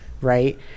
right